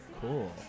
Cool